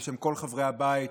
בשם כל חברי הבית,